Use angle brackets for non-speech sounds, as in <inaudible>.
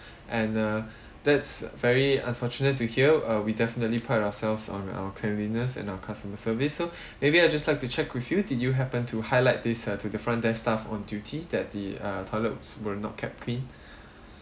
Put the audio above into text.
and uh that's very unfortunate to hear uh we definitely pride ourselves on our cleanliness and our customer service so <breath> maybe I just like to check with you did you happen to highlight this uh to the front desk staff on duty that the uh toilets were not kept clean